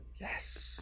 Yes